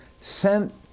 sent